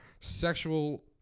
sexual